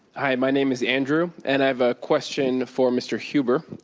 hi, my name is andrew. and i have a question for mr. huber.